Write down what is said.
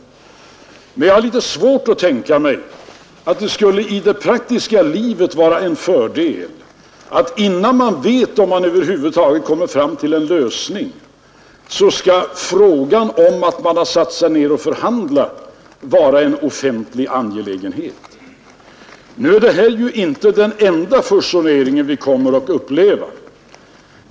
Jag har emellertid litet svårt att tänka mig att det i det praktiska livet skulle vara en fördel att det ges offentlighet av att man har satt sig ner för att förhandla, redan innan någon över huvud taget vet om man kommer fram till en uppgörelse. Nu är ju detta inte den enda fusion vi kommer att få uppleva.